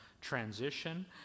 transition